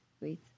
wait